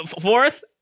fourth